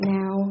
now